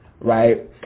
right